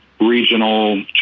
regional